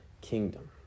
kingdom